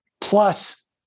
plus